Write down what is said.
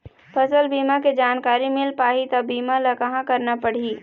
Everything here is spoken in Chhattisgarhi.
फसल बीमा के जानकारी मिल पाही ता बीमा ला कहां करना पढ़ी?